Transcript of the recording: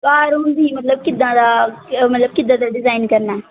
ਘਰ ਹੁਣ ਤੁਸੀਂ ਮਤਲਬ ਕਿੱਦਾਂ ਦਾ ਮਤਲਬ ਕਿੱਦਾਂ ਦਾ ਡਿਜ਼ਾਇਨ ਕਰਨਾ